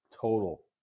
total